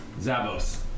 Zabos